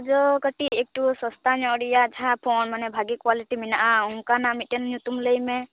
ᱡᱟᱹ ᱠᱟᱹᱴᱤᱡ ᱮᱠᱴᱩ ᱥᱚᱥᱛᱟ ᱧᱚᱜ ᱨᱮᱭᱟᱜ ᱡᱟᱦᱟᱱ ᱯᱷᱳᱱ ᱢᱟᱱᱮ ᱵᱷᱟᱹᱜᱮ ᱠᱚᱣᱟᱞᱤᱴᱤ ᱢᱮᱱᱟᱜᱼᱟ ᱚᱱᱠᱟᱱᱟᱜ ᱢᱤᱫᱴᱮᱱ ᱧᱩᱛᱩᱢ ᱞᱟᱹᱭᱢᱮ